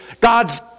God's